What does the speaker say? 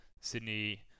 Sydney